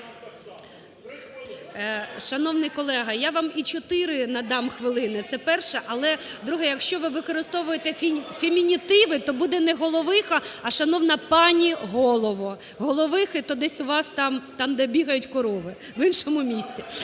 Шановний колего, я вам і чотири надам хвилини. Це перше. Але - друге, - якщо ви використовуєте фемінітиви, то буде не "головиха", а "шановна пані голово". "Головихи" - то десь у вас там, де бігають корови, в іншому місці.